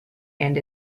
and